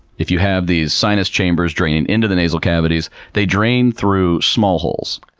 if you have these sinus chambers draining into the nasal cavities, they drain through small holes.